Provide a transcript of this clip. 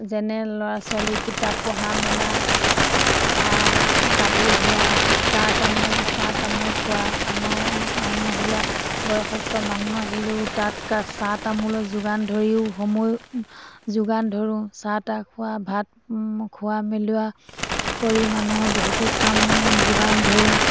যেনে ল'ৰা ছোৱালীক কিতাপ পঢ়া মেলা কাপোৰ ধোৱা চাহ তামোল চাহ তামোল খোৱা আনৰ আন মহিলা বয়সস্থ মানুহ আহিলেও তাত চাহ তামোলৰ যোগান ধৰিও সময় যোগান ধৰোঁ চাহ তাহ খোৱা ভাত খোৱা মেলোৱা কৰি মানুহৰ বহুতো কাম যোগান ধৰোঁ